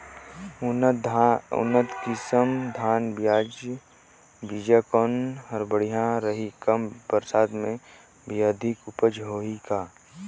उन्नत किसम धान बीजा कौन हर बढ़िया रही? कम बरसात मे भी अधिक उपज होही का?